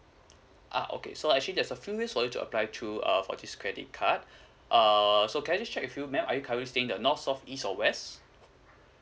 uh okay so actually there's a few ways for you to apply to err for this credit card err so can I just check with you ma'am are you currently staying at the north south east or west